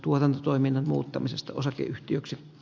asian käsittely keskeytetään